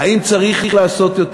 האם צריך לעשות יותר?